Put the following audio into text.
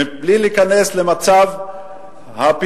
מבלי להיכנס למצב הרשויות המקומיות,